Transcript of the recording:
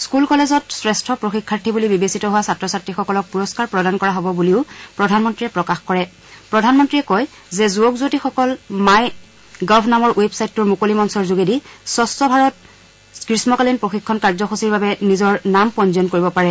স্থুল কলেজত শ্ৰেষ্ঠ প্ৰশিক্ষাৰ্থী বুলি বিবেচিত হোৱা ছাত্ৰ ছাত্ৰীসকলক পুৰস্থাৰ প্ৰদান কৰা হ'ব বুলিও প্ৰধানমন্ত্ৰীয়ে প্ৰধানমন্ত্ৰীয়ে কয় যে যুৱক যুৱতীসকল মাই গভ নামৰ ৰেবছাইটটো মুকলি মঞ্চৰ যোগেদি স্বচ্চ ভাৰত গ্ৰীমকালীন প্ৰশিক্ষণ কাৰ্যসূচীৰ বাবে নিজৰ নাম পঞ্জীয়ন কৰিব পাৰে